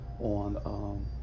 on